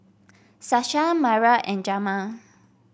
Sasha Myra and Jamar